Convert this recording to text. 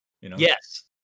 Yes